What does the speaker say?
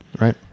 Right